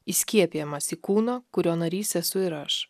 įskiepijamas į kūno kurio narys esu ir aš